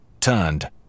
turned